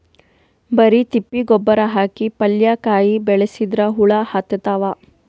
ಬರಿ ತಿಪ್ಪಿ ಗೊಬ್ಬರ ಹಾಕಿ ಪಲ್ಯಾಕಾಯಿ ಬೆಳಸಿದ್ರ ಹುಳ ಹತ್ತತಾವ?